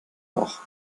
noch